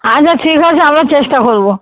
আচ্ছা ঠিক আছে আমরা চেষ্টা করবো